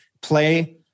play